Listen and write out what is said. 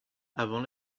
avant